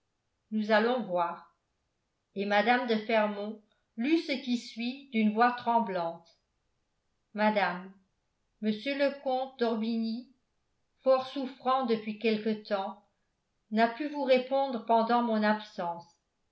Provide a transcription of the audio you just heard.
nous allons voir et mme de fermont lut ce qui suit d'une voix tremblante madame m le comte d'orbigny fort souffrant depuis quelque temps n'a pu vous répondre pendant mon absence